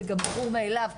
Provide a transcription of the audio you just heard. זה גם ברור מאליו,